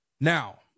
Now